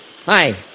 hi